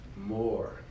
more